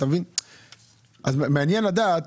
מעניין לדעת